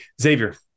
Xavier